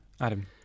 Adam